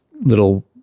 little